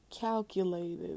calculated